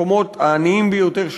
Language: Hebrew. המקומות העניים ביותר,